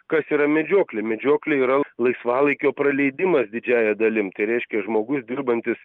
kas yra medžioklė medžioklė yra laisvalaikio praleidimas didžiąja dalim reiškia žmogus dirbantis